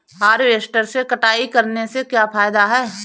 Harvester से कटाई करने से क्या फायदा है?